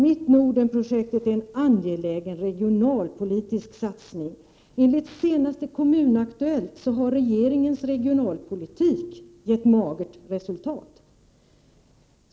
Mittnordenprojektet är en angelägen regionalpolitisk satsning. Enligt det senaste numret av KommunAktuellt har regeringens regionalpolitik gett magert resultat.